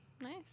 Nice